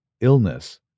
illness